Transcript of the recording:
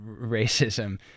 racism